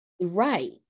Right